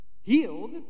healed